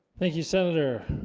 thank you senator